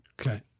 Okay